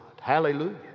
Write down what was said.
Hallelujah